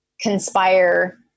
conspire